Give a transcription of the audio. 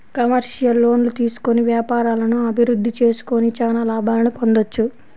commercial లోన్లు తీసుకొని వ్యాపారాలను అభిరుద్ధి చేసుకొని చానా లాభాలను పొందొచ్చు